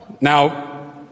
Now